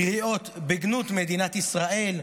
קריאות בגנות מדינת ישראל.